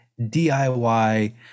DIY